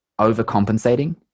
overcompensating